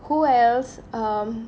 who else um